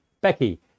Becky